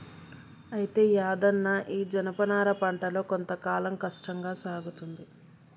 అయితే యాదన్న ఈ జనపనార పంటలో కొంత కాలం కష్టంగా సాగుతుంది